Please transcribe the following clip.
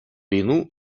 війну